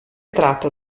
tratto